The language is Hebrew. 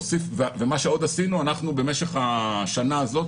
במשך השנה הזאת,